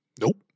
Nope